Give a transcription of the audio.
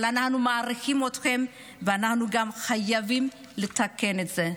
אבל אנחנו מעריכים אתכם ואנחנו חייבים לתקן את זה.